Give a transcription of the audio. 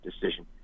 decision